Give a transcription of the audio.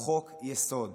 "חוק-יסוד".